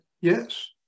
yes